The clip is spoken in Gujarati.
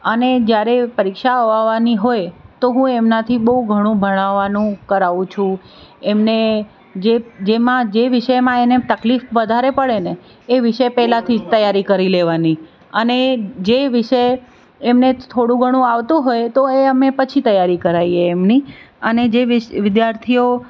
અને જ્યારે પરીક્ષાઓ આવવાની હોય તો હું એમનાથી બહુ ઘણું ભણાવાનું કરાવું છું એમને જે જેમાં જે વિષયમાં એને તકલીફ વધારે પડેને એ વિષય પહેલાંથી જ તૈયારી કરી લેવાની અને જે વિષય એમને થોડું ઘણું આવતું હોય એ તો એ અમે પછી તૈયારી કરાવીએ એમની અને જે વિ વિધાર્થીઓ